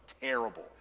terrible